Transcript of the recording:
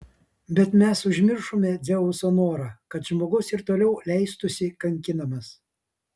bet mes užmiršome dzeuso norą kad žmogus ir toliau leistųsi kankinamas